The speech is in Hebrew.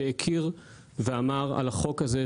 שהכיר ואמר על החוק הזה,